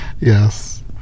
yes